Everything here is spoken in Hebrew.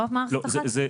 לא מערכת אחת?